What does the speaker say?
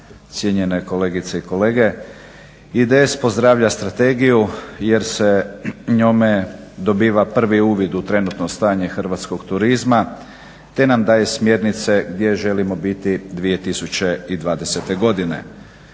cijenjene kolegice i kolege. IDS pozdravlja strategiju jer se njome dobiva prvi uvid u trenutno stanje hrvatskog turizma te nam daje smjernice gdje želimo biti 2020. godine.